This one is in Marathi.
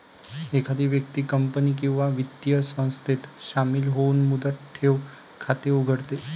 एखादी व्यक्ती कंपनी किंवा वित्तीय संस्थेत शामिल होऊन मुदत ठेव खाते उघडते